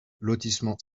lotissement